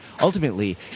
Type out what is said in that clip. ultimately